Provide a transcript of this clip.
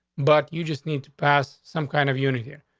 but you just need to pass some kind of unit here.